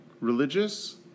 religious